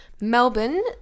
Melbourne